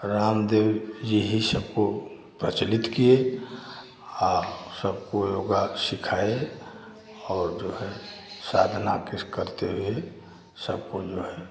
रामदेव जी ही सबको प्रचलित किए और सबको योगा सिखाए और जो है साधना किस करते हुए सबको जो है